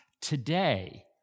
today